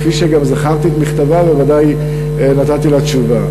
כפי שגם זכרתי את מכתבה ובוודאי נתתי לה תשובה.